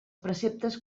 preceptes